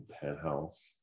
Penthouse